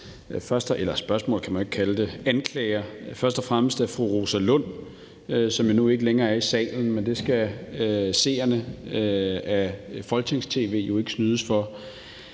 blevet rejst af fru Rosa Lund, som nu ikke længere er i salen, men det skal seerne af folketings-tv jo ikke snydes for.